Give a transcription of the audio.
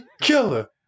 killer